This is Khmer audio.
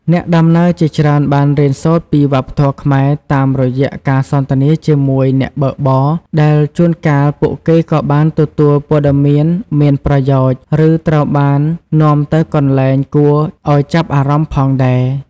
អ្នកដំណើរជាច្រើនបានរៀនសូត្រពី វប្បធម៌ខ្មែរ តាមរយៈការសន្ទនាជាមួយអ្នកបើកបរ ដែលជួនកាលពួកគេក៏បានទទួលព័ត៌មានមានប្រយោជន៍ ឬត្រូវបាននាំទៅកន្លែងគួរឱ្យចាប់អារម្មណ៍ផងដែរ។